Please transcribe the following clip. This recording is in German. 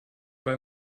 bei